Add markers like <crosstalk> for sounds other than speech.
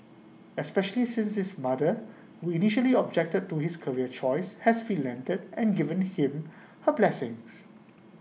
especially since his mother who initially objected to his career choice has <unintelligible> and given him her blessings